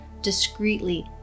discreetly